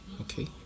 Okay